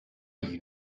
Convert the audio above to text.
you